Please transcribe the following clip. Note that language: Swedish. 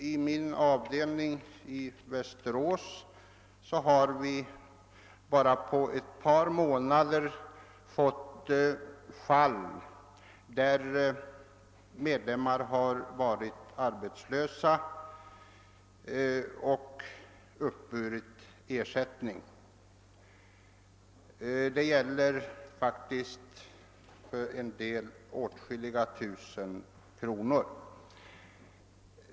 I min fackförening i Västerås har det bara på ett par månader förekommit flera fall där medlemmar varit arbetslösa och uppburit ersättning. För en del medlemmar gäller det faktiskt åtskilliga tusen. kronor.